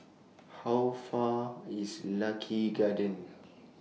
How Far IS Lucky Gardens